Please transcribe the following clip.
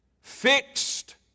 Fixed